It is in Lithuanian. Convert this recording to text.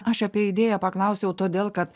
aš apie idėją paklausiau todėl kad